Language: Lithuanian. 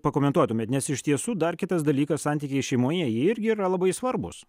pakomentuotumėt nes iš tiesų dar kitas dalykas santykiai šeimoje jie irgi yra labai svarbūs